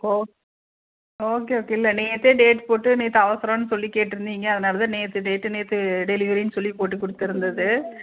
ஓ okay okay இல்லை நேற்றே date போட்டு நேற்று அவசரம்னு சொல்லி கேட்டுருந்தீங்க அதனால் தான் நேற்று டேட்டு நேற்று டெலிவரினு சொல்லி போட்டு கொடுத்துருந்துது